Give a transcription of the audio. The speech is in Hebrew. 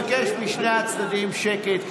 אני מבקש משני הצדדים שקט,